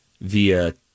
via